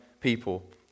people